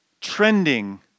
trending